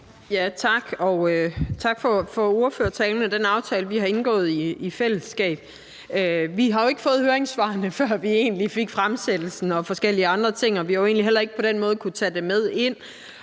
(V): Tak, og tak for ordførertalen og den aftale, vi har indgået i fællesskab. Vi har jo ikke fået høringssvarene, før vi egentlig fik fremsættelsen og forskellige andre ting, og vi har heller ikke på den måde kunnet tage det med ind,